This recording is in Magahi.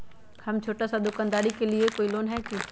हम छोटा सा दुकानदारी के लिए कोई लोन है कि?